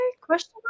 Question